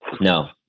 No